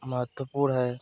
महत्वपूर्ण है